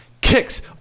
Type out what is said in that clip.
Kicks